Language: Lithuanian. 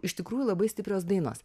iš tikrųjų labai stiprios dainos